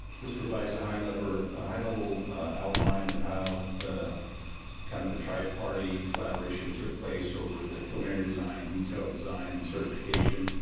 this provides a high level ah high level outline of how the kind of the tri-party collaboration took place over the preliminary design, detail design and certification.